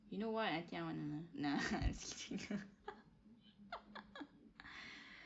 you know what I think I want to nah